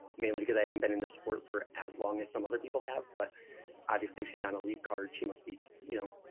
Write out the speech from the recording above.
mainly because i haven't been in this sport for as long as some other people have, but obviously she's on a lead card she must be, you know,